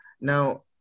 Now